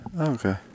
Okay